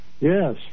Yes